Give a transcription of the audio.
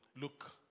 Look